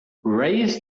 raise